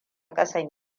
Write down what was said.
kasan